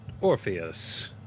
Orpheus